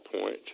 point